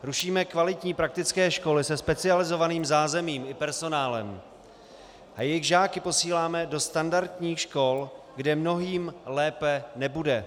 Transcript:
Rušíme kvalitní praktické školy se specializovaným zázemím i personálem a jejich žáky posíláme do standardních škol, kde mnohým lépe nebude.